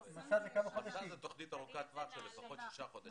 'מסע' זו תוכנית ארוכת טווח של לפחות שישה חודשים.